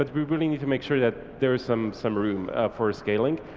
but we really need to make sure that there is some some room for scaling.